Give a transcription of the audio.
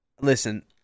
Listen